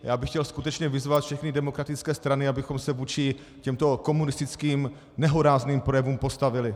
Já bych chtěl skutečně vyzvat všechny demokratické strany, abychom se vůči těmto komunistickým nehorázným projevům postavili!